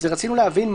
רצינו להבין,